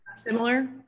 similar